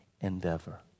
endeavor